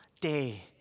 day